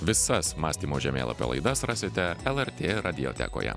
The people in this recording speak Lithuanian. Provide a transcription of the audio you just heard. visas mąstymo žemėlapio laidas rasite lrt radiotekoje